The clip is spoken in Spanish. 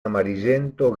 amarillento